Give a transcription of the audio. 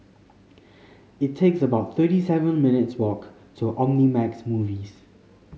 it takes about thirty seven minutes' walk to Omnimax Movies